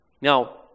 Now